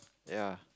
ya